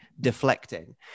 deflecting